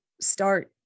start